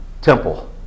temple